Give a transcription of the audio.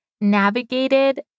navigated